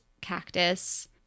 cactus